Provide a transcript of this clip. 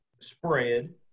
Spread